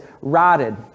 rotted